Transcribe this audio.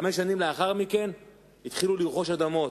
חמש שנים לאחר מכן התחילו לרכוש אדמות.